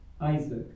Isaac